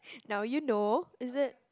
now you know is it